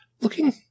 looking